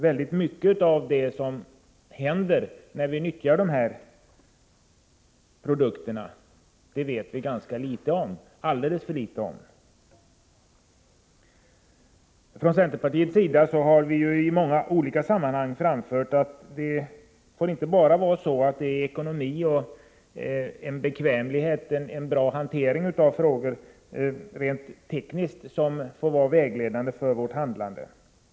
Väldigt mycket av det som händer när vi nyttjar dessa produkter vet vi alltför litet om. Från centerpartiet har vi i många olika sammanhang framfört att det inte får vara så att enbart ekonomi, bekvämlighet och god hantering rent tekniskt är vägledande för vårt handlande.